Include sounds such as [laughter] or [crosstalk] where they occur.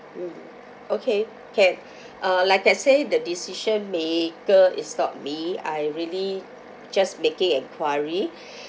mm okay can [breath] uh like I say the decision maker is not me I really just making enquiry [breath]